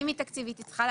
תקציבית.